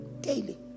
daily